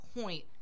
point